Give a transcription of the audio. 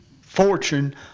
fortune